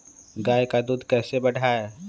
गाय का दूध कैसे बढ़ाये?